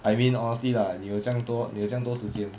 I mean honestly lah 你有这样多这样多时间